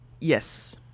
Yes